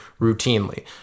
routinely